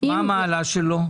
מה המעלה שלו?